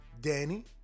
Danny